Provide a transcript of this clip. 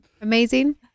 amazing